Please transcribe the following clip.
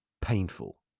painful